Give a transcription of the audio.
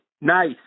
nice